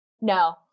no